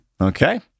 Okay